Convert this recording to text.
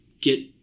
get